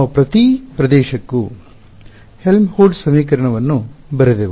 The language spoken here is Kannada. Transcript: ನಾವು ಪ್ರತಿ ಪ್ರದೇಶಕ್ಕೂ ಹೆಲ್ಮ್ಹೋಲ್ಟ್ಜ್ ಸಮೀಕರಣವನ್ನು ಬರೆದೆವು